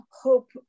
hope